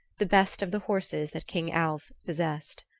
the best of the horses that king alv possessed.